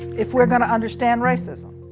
if we're gonna understand racism.